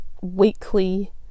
weekly